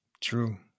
True